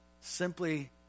Simply